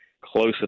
closer